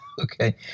Okay